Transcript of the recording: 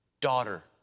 daughter